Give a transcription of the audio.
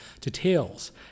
details